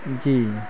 जी